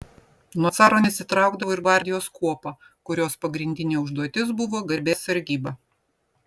nuo caro nesitraukdavo ir gvardijos kuopa kurios pagrindinė užduotis buvo garbės sargyba